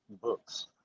books